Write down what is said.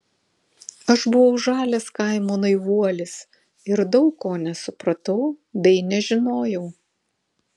aš buvau žalias kaimo naivuolis ir daug ko nesupratau bei nežinojau